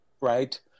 right